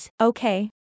Okay